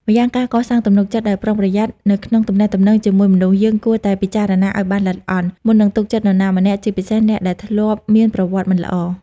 ម្យ៉ាងការកសាងទំនុកចិត្តដោយប្រុងប្រយ័ត្ននៅក្នុងទំនាក់ទំនងជាមួយមនុស្ស យើងគួរតែពិចារណាឱ្យបានល្អិតល្អន់ មុននឹងទុកចិត្តនរណាម្នាក់ ជាពិសេសអ្នកដែលធ្លាប់មានប្រវត្តិមិនល្អ ។